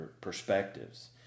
perspectives